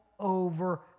over